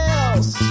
else